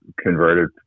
converted